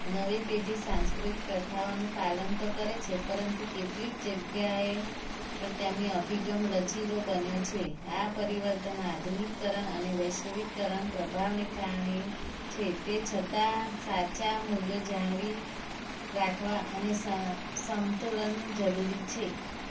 નવી પેઢી સાંસ્કૃત પ્રથાઓનું પાલન તો કરે છે પરંતુ કેટલીક જગ્યાએ પણ તેમની અભિગમ લચીલો બન્યો છે આ પરિવર્તન આધુનિકીકરણ અને વૈશ્વિકીકરણ પ્રભાવને કારણે છે તે છતાં સાચાં મૂલ્ય જાળવી રાખવા અને સમતુલન જરૂરી છે